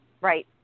right